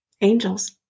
angels